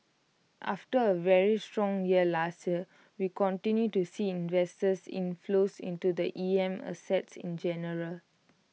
after A very strong year last year we continue to see investors inflows into the E M assets in general